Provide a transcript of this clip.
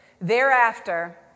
Thereafter